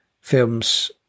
films